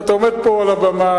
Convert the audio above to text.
כשאתה עומד פה על הבמה,